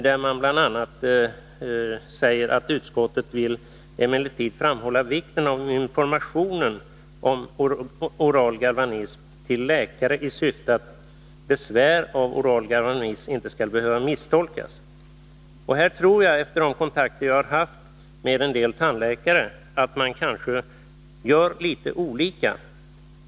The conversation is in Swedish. Det heter bl.a.: ”Utskottet vill emellertid framhålla vikten av information om oral galvanism till läkare i syfte att besvär av oral galvanism inte skall behöva misstolkas.” Här tror jag, efter de kontakter jag har haft med en del tandläkare, att man gör litet olika.